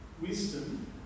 wisdom